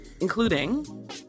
including